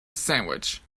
sandwich